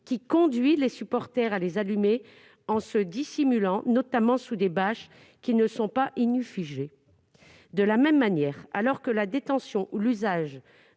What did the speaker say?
qui conduit les supporters à les allumer en se dissimulant notamment sous des bâches qui ne sont pas ignifugées. De la même manière, alors que la détention ou l'usage